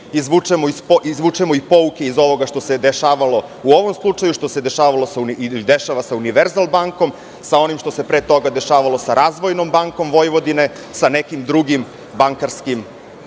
izvučemo i pouke iz ovoga što se dešavalo u ovom slučaju, što se dešava sa „Univerzal bankom“, sa onim što se pre toga dešavalo sa „Razvojnom bankom Vojvodine“, sa nekim drugim bankarskim